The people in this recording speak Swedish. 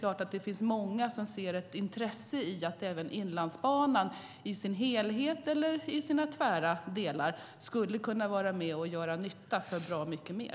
Det finns många som har ett intresse i att även Inlandsbanan i sin helhet eller i sina tvära delar kan göra nytta för fler.